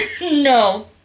No